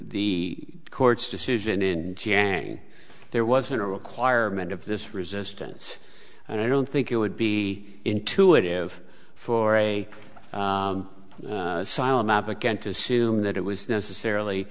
the court's decision in there wasn't a requirement of this resistance i don't think it would be intuitive for a solemn applicant to assume that it was necessarily